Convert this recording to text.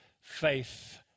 faith